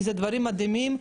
כי אלה דברים מדהימים.